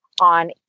on